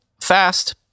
Fast